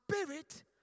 spirit